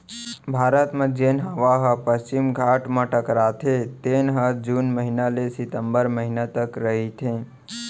भारत म जेन हवा ह पस्चिम घाट म टकराथे तेन ह जून महिना ले सितंबर महिना तक रहिथे